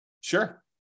sure